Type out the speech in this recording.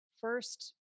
first